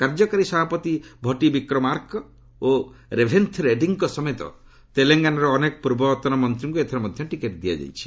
କାର୍ଯ୍ୟକାରୀ ସଭାପତି ଭଟି ବିକ୍ରମାର୍କ ଓ ରେଭେନ୍ଥ ରେଡ୍ଭିଙ୍କ ସମେତ ତେଲେଙ୍ଗାନାାର ଅନେକ ପୂର୍ବତନ ମନ୍ତ୍ରୀଙ୍କୁ ଏଥର ମଧ୍ୟ ଟିକଟ ଦିଆଯାଇଛି